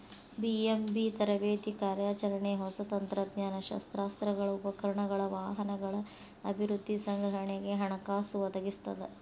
BMB ತರಬೇತಿ ಕಾರ್ಯಾಚರಣೆ ಹೊಸ ತಂತ್ರಜ್ಞಾನ ಶಸ್ತ್ರಾಸ್ತ್ರಗಳ ಉಪಕರಣಗಳ ವಾಹನಗಳ ಅಭಿವೃದ್ಧಿ ಸಂಗ್ರಹಣೆಗೆ ಹಣಕಾಸು ಒದಗಿಸ್ತದ